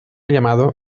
llamado